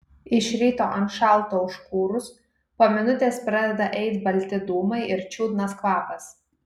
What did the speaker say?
iš ryto ant šalto užkūrus po minutės pradeda eit balti dūmai ir čiudnas kvapas